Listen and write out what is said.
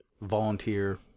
volunteer